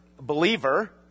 believer